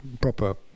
proper